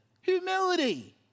humility